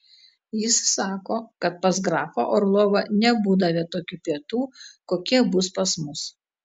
jis sako kad pas grafą orlovą nebūdavę tokių pietų kokie bus pas mus